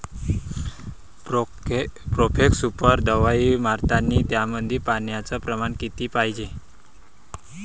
Profex super दवाई मारतानी त्यामंदी पान्याचं प्रमाण किती पायजे?